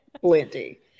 Plenty